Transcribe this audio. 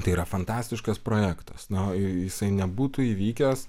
tai yra fantastiškas projektas na jisai nebūtų įvykęs